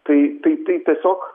tai tai tai tiesiog